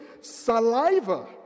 saliva